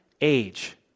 age